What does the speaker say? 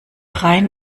rhein